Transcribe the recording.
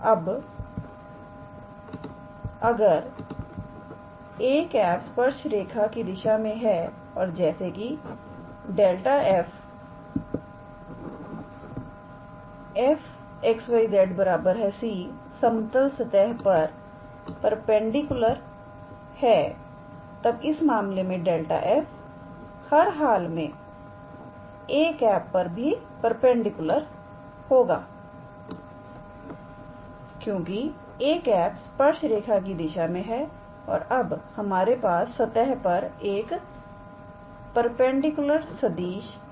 अबअगर 𝑎̂ स्पर्श रेखा की दिशा में है और जैसे कि ∇⃗ 𝑓 𝑓𝑥 𝑦 𝑧 𝑐 समतल सतह पर पेंडिकुलर है तब इस मामले में ∇⃗ 𝑓 हर हाल में 𝑎̂ पर भी परपेंडिकुलर होगा क्योंकि 𝑎̂ स्पर्श रेखा की दिशा में है और अब हमारे पास सतह पर एक परपेंडिकुलर सदिश हैं